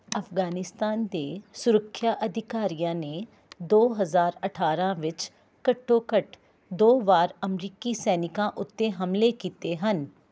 ਅਫ਼ਗ਼ਾਨਿਸਤਾਨ ਦੇ ਸੁਰੱਖਿਆ ਅਧਿਕਾਰੀਆਂ ਨੇ ਦੋ ਹਜ਼ਾਰ ਅਠਾਰਾਂ ਵਿੱਚ ਘੱਟੋ ਘੱਟ ਦੋ ਵਾਰ ਅਮਰੀਕੀ ਸੈਨਿਕਾਂ ਉੱਤੇ ਹਮਲੇ ਕੀਤੇ ਹਨ